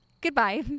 Goodbye